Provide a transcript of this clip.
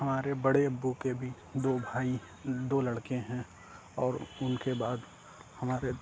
ہمارے بڑے ابو کے بھی دو بھائی دو لڑکے ہیں اور اُن کے بعد ہمارے